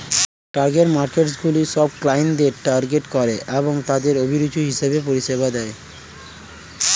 target মার্কেটসগুলি সব ক্লায়েন্টদের টার্গেট করে এবং তাদের অভিরুচি হিসেবে পরিষেবা দেয়